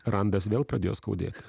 randas vėl pradėjo skaudėti